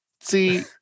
see